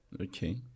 Okay